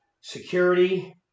security